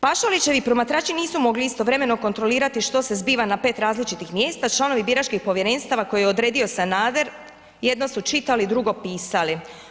Pašalićevi promatrači nisu mogli istovremeno kontrolirati što se zbiva na 5 različitih mjesta, članovi biračkih povjerenstva koje je odredio Sanader jedno su čitali, drugo pisali.